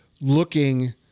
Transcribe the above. looking